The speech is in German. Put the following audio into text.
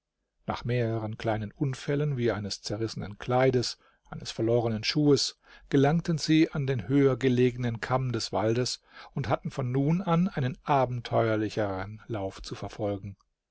nach mehreren kleinen unfällen wie eines zerrissenen kleides eines verlorenen schuhes gelangten sie an den höhergelegenen kamm des waldes und hatten von nun an einen abenteuerlicheren lauf zu verfolgen